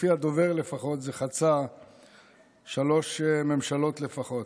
לפי הדובר, לפחות, זה חצה שלוש ממשלות לפחות.